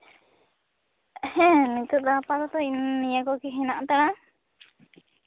ᱦᱮᱸ ᱱᱤᱛᱚᱜ ᱫᱚ ᱟᱯᱟᱛᱚᱛᱚ ᱱᱤᱭᱟᱹ ᱠᱚᱜᱮ ᱦᱮᱱᱟᱜ ᱠᱟᱫᱟ